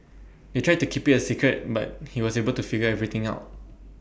they tried to keep IT A secret but he was able to figure everything out